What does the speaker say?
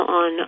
on